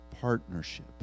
partnership